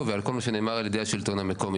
ועל כל מה שנאמר על ידי השלטון המקומי.